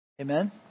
amen